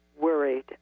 worried